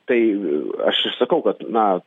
tai aš ir sakau kad na